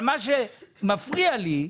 אבל מה שמפריע לי,